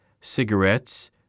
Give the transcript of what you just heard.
cigarettes